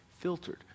filtered